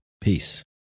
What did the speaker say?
Peace